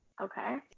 Okay